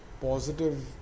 positive